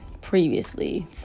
previously